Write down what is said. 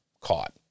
caught